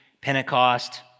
Pentecost